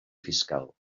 fiscal